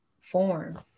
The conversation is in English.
form